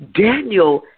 Daniel